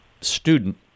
student